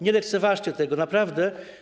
Nie lekceważcie tego naprawdę.